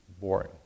boring